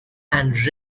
and